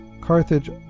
Carthage